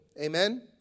Amen